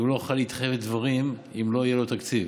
כי הוא לא יוכל להתחייב לדברים אם לא יהיה לו תקציב.